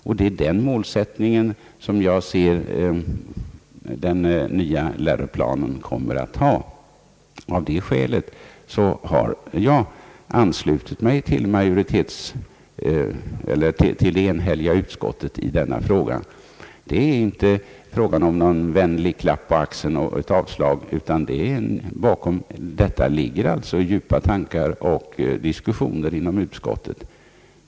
Enligt min uppfattning kommer den nya läroplanen att ha den målsättningen. Av det skälet har jag anslutit mig till det enhälliga utskottet i denna fråga. Det är inte fråga om någon vänlig klapp på axeln och ett avslag, utan bakom detta ligger djupa tankar och diskussioner inom utskottet.